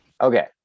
Okay